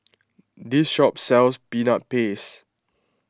this shop sells Peanut Paste